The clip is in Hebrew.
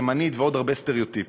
ימנית ועוד הרבה סטריאוטיפים,